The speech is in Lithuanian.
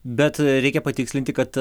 bet reikia patikslinti kad